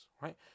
right